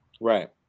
Right